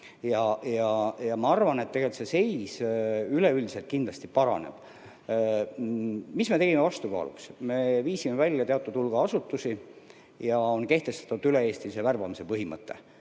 Ma arvan, et tegelikult see seis üleüldiselt kindlasti paraneb. Mis me tegime vastukaaluks? Me viisime [Tallinnast] välja teatud hulga asutusi ja on kehtestatud üle-eestilise värbamise põhimõte,